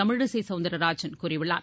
தமிழிசை சௌந்தரராஜன் கூறியுள்ளார்